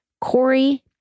Corey